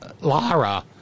Lara